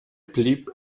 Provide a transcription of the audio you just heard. blieb